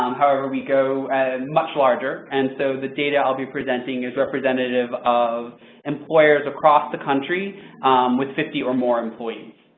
um however, we do much larger. and so, the date i will be presenting his representative of employers across the country with fifty or more employees.